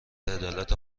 عدالت